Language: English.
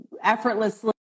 effortlessly